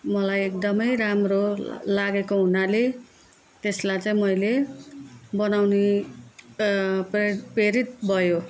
मलाई एकदमै राम्रो ला लागेको हुनाले त्यसलाई चाहिँ मैले बनाउने प्रे प्रेरित भयो